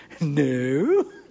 no